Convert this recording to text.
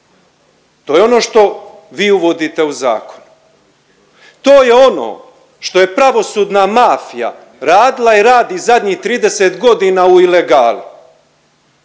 To je ono što vi uvodite u zakon. To je ono što je pravosudna mafija radila i radi zadnjih 30 godina u ilegali.